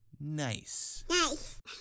nice